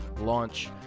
launch